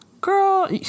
Girl